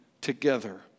together